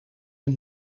een